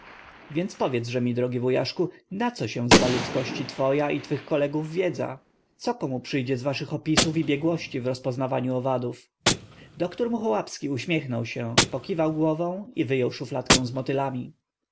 więc powiedzże mi drogi wujaszku na co się zda ludzkości twoja i twych kolegów wiedza co komu przyjdzie z waszych opisów i biegłości w rozpoznawaniu owadów dr muchołapski uśmiechnął się pokiwał głową i wyjął szufladkę z motylami